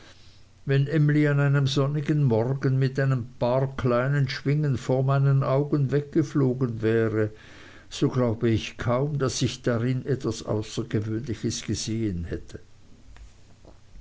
wenn emly an einem sonnigen morgen mit paar kleinen schwingen vor meinen augen weggeflogen wäre so glaube ich kaum daß ich darin etwas außergewöhnliches gesehen hätte